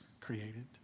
created